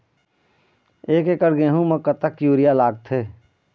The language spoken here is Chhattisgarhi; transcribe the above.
एक एकड़ गेहूं म कतक यूरिया लागथे?